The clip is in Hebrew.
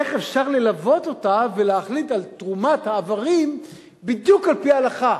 איך אפשר ללוות אותה ולהחליט על תרומת האיברים בדיוק על-פי ההלכה,